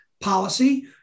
policy